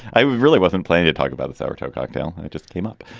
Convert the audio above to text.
i really wasn't planning to talk about authority cocktail. i just came up.